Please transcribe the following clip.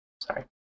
Sorry